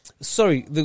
sorry